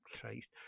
Christ